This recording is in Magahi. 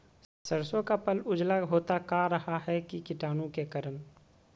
सरसो का पल उजला होता का रहा है की कीटाणु के करण?